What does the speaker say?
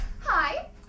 Hi